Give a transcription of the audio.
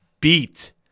beat